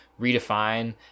redefine